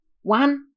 one